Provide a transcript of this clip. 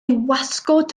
wasgod